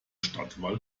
stadtwall